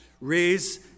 raise